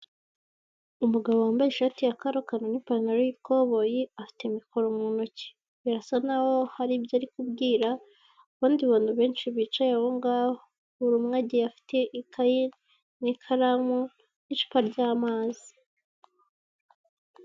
Umugabo wambaye ishati ya karokaro n'ipantaro y'ikoboyi, afite mikoro mu ntoki. Birasa naho hari ibyo ari kubwira abandi bantu benshi bicaye aho ngaho. Buri umwe agiye afite ikayi, ikaramu n'icupa ry'amazi.